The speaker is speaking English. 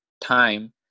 time